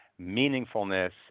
meaningfulness